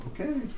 okay